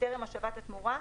בטרם השבת התמורה,